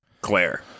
Claire